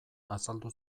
azaldu